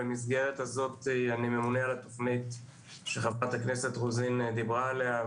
במסגרת הזו אני ממונה על התוכנית שחברת הכנסת רוזין דיברה עליה.